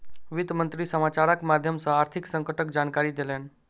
वित्त मंत्री समाचारक माध्यम सॅ आर्थिक संकटक जानकारी देलैन